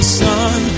sun